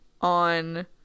on